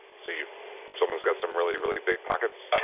so you someone's got some really, really big pockets.